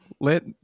Let